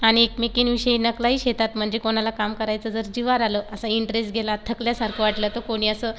आणि एकमेकींविषयी नकलाही शेतात म्हणजे कोणाला काम करायचं जर जीवावर आलं असा इंटरेस्ट गेला थकल्यासारखं वाटलं तर कोणी असं